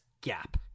gap